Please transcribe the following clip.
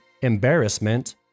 embarrassment